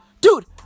dude